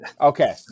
Okay